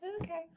Okay